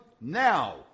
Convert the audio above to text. now